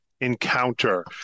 Encounter